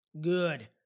Good